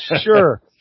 Sure